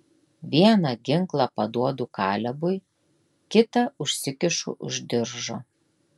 vieną ginklą paduodu kalebui kitą užsikišu už diržo